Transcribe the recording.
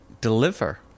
deliver